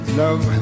love